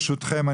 אני